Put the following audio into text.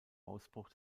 ausbruch